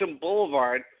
Boulevard